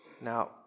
Now